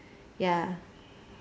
ya